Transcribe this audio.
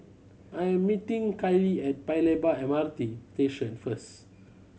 I am meeting Kiley at Paya Lebar M R T Station first